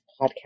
podcast